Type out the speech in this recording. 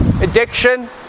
addiction